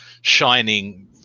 shining